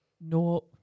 no